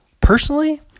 personally